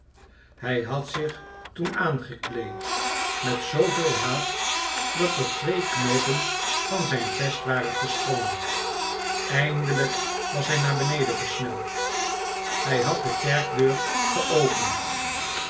hij had zich toen aangekleed met zooveel haast dat er twee knoopen van zijn vest waren gesprongen eindelijk was hij naar beneden gesneld hij had de kerkdeur geopend